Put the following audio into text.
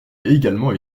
également